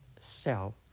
self